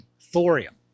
thorium